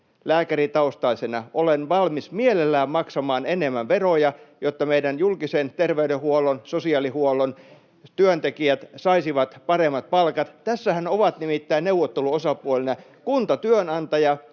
lääkäritaustaisena — olen valmis mielelläni maksamaan enemmän veroja, jotta meidän julkisen terveydenhuollon ja sosiaalihuollon työntekijät saisivat paremmat palkat. Tässähän ovat nimittäin neuvotteluosapuolina [Petri